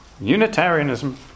Unitarianism